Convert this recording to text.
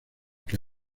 que